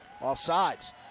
Offsides